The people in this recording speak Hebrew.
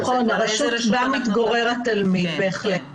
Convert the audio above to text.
נכון, הרשות שבה מתגורר התלמיד, בהחלט.